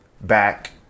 back